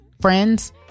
friends